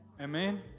Amen